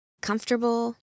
comfortable